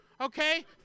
Okay